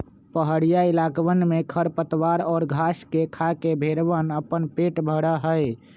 पहड़ीया इलाकवन में खरपतवार और घास के खाके भेंड़वन अपन पेट भरा हई